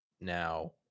now